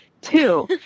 Two